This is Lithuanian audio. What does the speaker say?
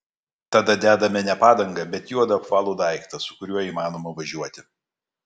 tada dedame ne padangą bet juodą apvalų daiktą su kuriuo įmanoma važiuoti